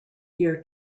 year